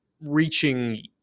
reaching